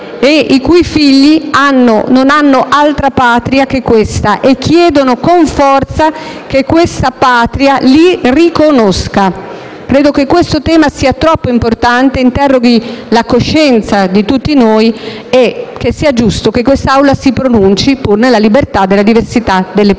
e i loro figli non hanno altra patria che questa e chiedono con forza che questa patria li riconosca. Credo che questo tema sia troppo importante e interroghi la coscienza di tutti noi, e che sia giusto che questa Assemblea si pronunci, pur nella libertà delle diverse posizioni.